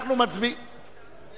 זה